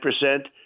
percent